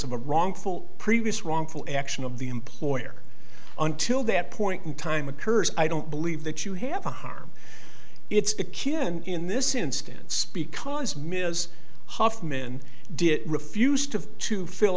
of a wrongful previous wrongful action of the employer until that point in time occurs i don't believe that you have a harm it's a can in this instance because ms hofmann did refuse to to fill